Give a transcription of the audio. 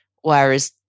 whereas